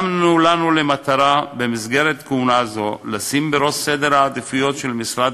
שמנו לנו למטרה במסגרת כהונה זו לשים בראש סדר העדיפויות של משרד